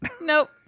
Nope